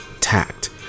tact